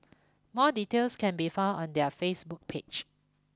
more details can be found on their Facebook page